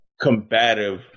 combative